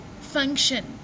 function